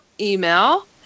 email